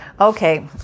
Okay